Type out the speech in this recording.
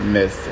Miss